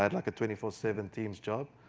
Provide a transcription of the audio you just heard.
i had like a twenty four seven teams job,